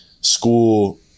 school –